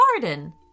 garden